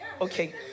Okay